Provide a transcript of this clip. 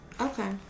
Okay